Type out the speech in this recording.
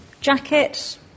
jacket